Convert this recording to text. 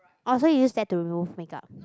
oh so you use that to remove makeup